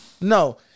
No